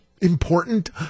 important